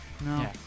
No